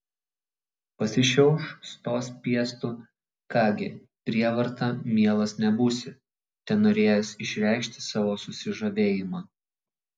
pasišiauš stos piestu ką gi prievarta mielas nebūsi tenorėjęs išreikšti savo susižavėjimą